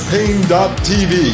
Pain.tv